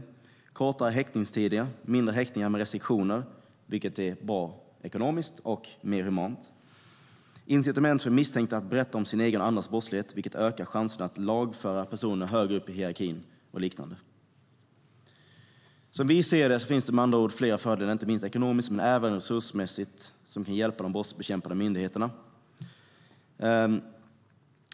Andra resultat skulle vara kortare häktningstider och färre häktningar med restriktioner, vilket är bra ekonomiskt och mer humant, samt incitament för misstänkta att berätta om sin egen och andras brottslighet, vilket ökar chanserna att lagföra personer högre upp i hierarkin och liknande. Som vi ser det finns det med andra ord fler fördelar, inte minst ekonomiskt men även resursmässigt, som kan hjälpa de brottsbekämpande myndigheterna.